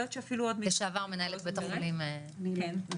לשעבר מנהלת בית החולים העמק.